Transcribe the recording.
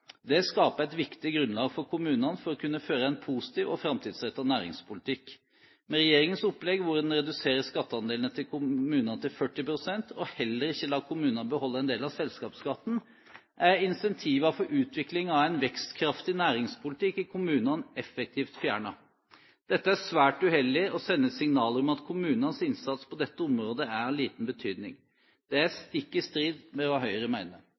Det skaper et viktig grunnlag for kommunene for å kunne føre en positiv og fremtidsrettet næringspolitikk. Med regjeringens opplegg, hvor en reduserer skatteandelen til kommunene til 40 pst., og heller ikke lar kommunene beholde en del av selskapsskatten, er insentivene for utvikling av en vekstkraftig næringspolitikk i kommunene effektivt fjernet. Dette er svært uheldig og sender signaler om at kommunenes innsats på dette området er av liten betydning. Det er stikk i strid med hva Høyre